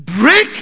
break